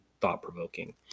thought-provoking